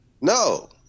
No